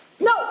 No